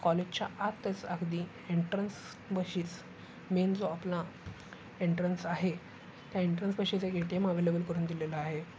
कॉलेजच्या आतच अगदी एन्ट्रन्सपाशीच मेन जो आपला एन्ट्रन्स आहे एन्ट्रन्सपाशीच एक टी एम अवेलेबल करून दिलेलं आहे